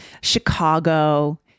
Chicago